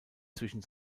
zwischen